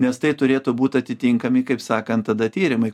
nes tai turėtų būt atitinkami kaip sakant tada tyrimai